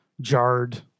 jarred